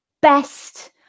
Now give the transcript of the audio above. best